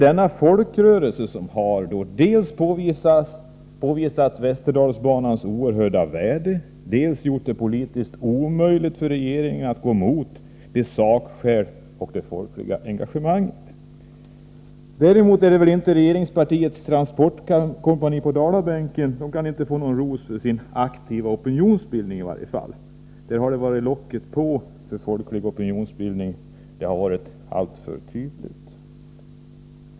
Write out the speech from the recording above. Denna folkrörelse har dels påvisat Västerdalsbanans oerhörda värde, dels gjort det politiskt omöjligt för regeringen att gå emot sakskälen och det folkliga engagemanget. Däremot kan inte regeringspartiets transportkompani på Dalabänken få någon ros, i varje fall inte för någon aktiv opinionsbildning. Att man lagt ”locket på” för folklig opinionsbildning har varit alltför tydligt.